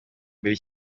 buri